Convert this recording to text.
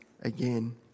again